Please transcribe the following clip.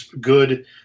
good